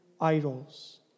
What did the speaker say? idols